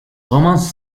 romances